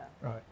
Right